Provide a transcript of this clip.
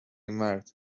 مرد